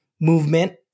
movement